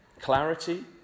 clarity